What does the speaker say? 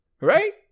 right